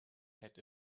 had